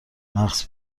مغر